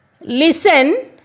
Listen